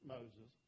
Moses